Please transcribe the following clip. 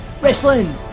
Wrestling